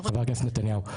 חבר הכנסת נתניהו.